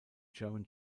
german